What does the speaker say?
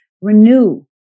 renew